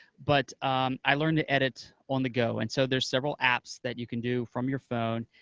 but i learned to edit on the go, and so there's several apps that you can do from your phone.